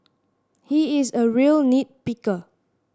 he is a real nit picker